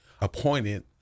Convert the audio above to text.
appointed